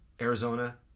Arizona